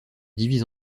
divise